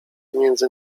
między